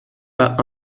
pas